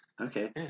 Okay